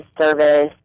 service